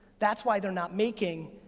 that's why they're not making,